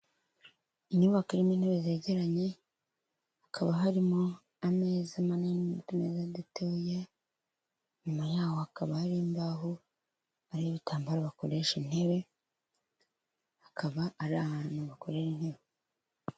Inyubako irimo intebe zegeranye, hakaba harimo ameza manini n'utumeza dutoya, inyuma yaho hakaba hari imbaho, hari n'ibitambaro bakoresha intebe, hakaba ari ahantu bakorera intebe.